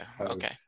okay